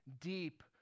deep